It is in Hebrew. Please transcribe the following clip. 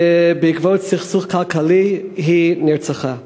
ובעקבות סכסוך כלכלי היא נרצחה.